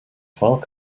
file